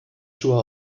schuhe